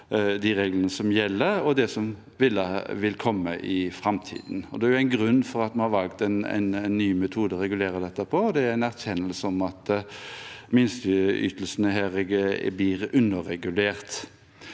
de reglene som gjelder, og det som vil komme i framtiden. Det er jo en grunn til at vi har valgt en ny metode for å regulere dette, og det er en erkjennelse av at disse minsteytelsene blir underregulert.